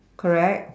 correct